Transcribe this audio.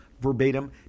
verbatim